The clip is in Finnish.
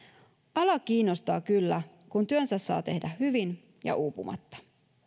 ala kiinnostaa kyllä kun työnsä saa tehdä hyvin ja uupumatta